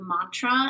mantra